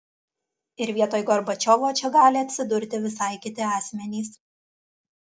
ir vietoj gorbačiovo čia gali atsidurti visai kiti asmenys